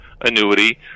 annuity